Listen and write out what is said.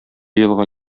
елга